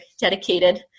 dedicated